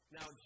Now